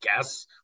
guess